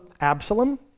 Absalom